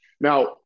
Now